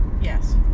Yes